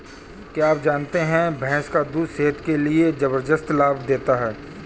क्या आप जानते है भैंस का दूध सेहत के लिए जबरदस्त लाभ देता है?